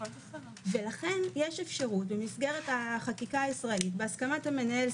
לכן יש אפשרות במסגרת החקיקה הישראלית בהסכמת המנהל,